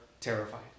terrified